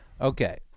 Okay